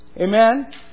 Amen